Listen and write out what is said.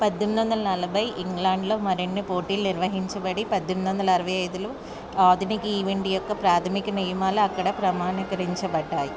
పద్దెనిమిది వందల నలభై ఇంగ్లండ్లో మరిన్ని పోటీలు నిర్వహించబడి పద్దెనిమిది వందల అరవై ఐదులో ఆధునిక ఈవెంట్ యొక్క ప్రాథమిక నియమాలు అక్కడ ప్రమాణీకరించబడ్డాయి